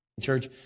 Church